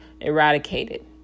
eradicated